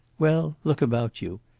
well, look about you.